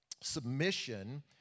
Submission